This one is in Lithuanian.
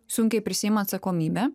sunkiai prisiima atsakomybę